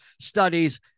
studies